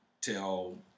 tell